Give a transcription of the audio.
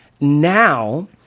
now